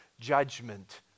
judgment